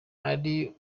yari